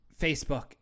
Facebook